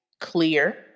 clear